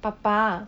爸爸